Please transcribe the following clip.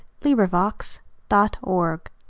LibriVox.org